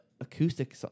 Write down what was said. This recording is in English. acoustic